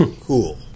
cool